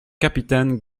capitaines